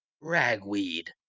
Ragweed